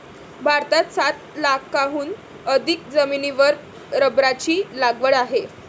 भारतात सात लाखांहून अधिक जमिनीवर रबराची लागवड आहे